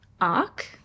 ARC